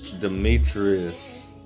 Demetrius